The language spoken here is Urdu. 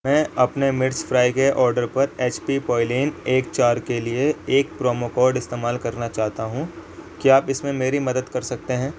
میں اپنے مرچ فرائی کے آرڈر پر ایچ پی پویلین ایک چار کے لیے ایک پرومو کوڈ استعمال کرنا چاہتا ہوں کیا آپ اس میں میری مدد کر سکتے ہیں